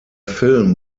film